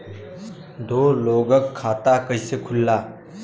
दो लोगक खाता कइसे खुल्ला?